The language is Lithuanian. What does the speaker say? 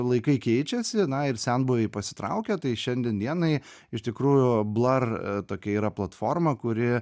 laikai keičiasi na ir senbuviai pasitraukia tai šiandien dienai iš tikrųjų blar tokia yra platforma kuri